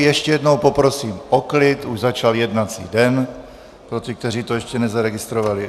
Ještě jednou poprosím o klid, už začal jednací den, pro ty, kteří to ještě nezaregistrovali.